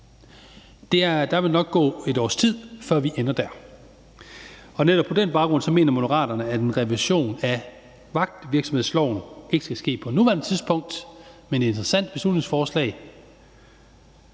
Der vil nok gå et års tid, før vi ender der. Netop på den baggrund mener Moderaterne, at en revision af vagtvirksomhedsloven ikke skal ske på nuværende tidspunkt, og derfor støtter vi ikke beslutningsforslaget,